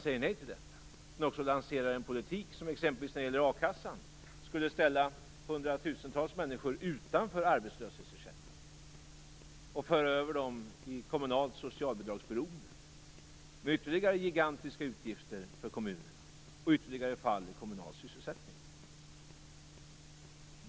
Moderaterna lanserar också en politik som när det exempelvis gäller a-kassan skulle ställa hundratusentals människor utanför arbetslöshetsersättning och föra över dem i kommunalt socialbidragsberoende med ytterligare gigantiska utgifter för kommunerna och ytterligare fall i kommunal sysselsättning.